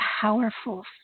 powerful